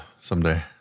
someday